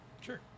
Sure